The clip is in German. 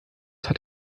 hat